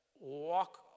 walk